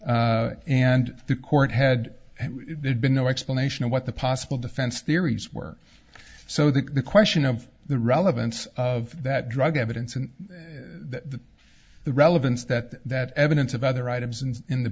g and the court had it been no explanation of what the possible defense theories were so that the question of the relevance of that drug evidence and the the relevance that that evidence of other items and in the